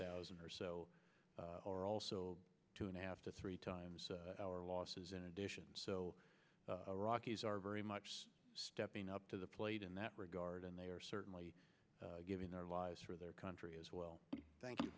thousand are also two and a half to three times our losses in addition the iraqis are very much stepping up to the plate in that regard and they are certainly giving their lives for their country as well thank you